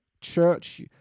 church